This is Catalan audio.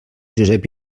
josep